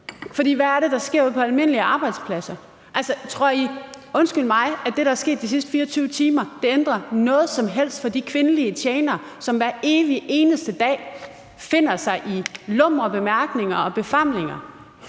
undskyld mig – at det, der er sket de sidste 24 timer, ændrer noget som helst for de kvindelige tjenere, som hver evig eneste dag finder sig i lumre bemærkninger og befamlinger?